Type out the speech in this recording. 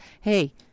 Hey